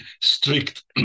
strict